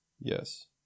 yes